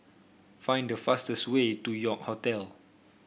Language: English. find the fastest way to York Hotel